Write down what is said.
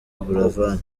buravan